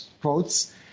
quotes